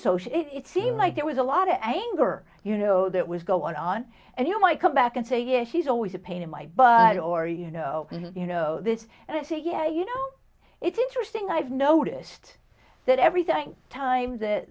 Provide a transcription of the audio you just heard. associate it seemed like there was a lot of anger you know that was going on and you might come back and say yes she's always a pain in my butt or you know you know this and i say yeah you know it's interesting i've noticed that everything times that